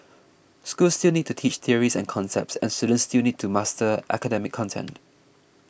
schools still need to teach theories and concepts and students still need to master academic content